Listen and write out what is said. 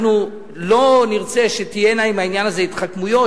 אנחנו לא נרצה שתהיינה עם העניין הזה התחכמויות,